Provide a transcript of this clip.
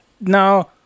Now